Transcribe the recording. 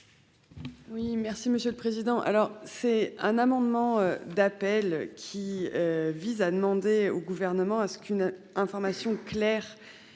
Oui, merci Monsieur le Président. Alors c'est un amendement d'appel qui. Vise à demander au gouvernement à ce qu'une information claire